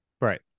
right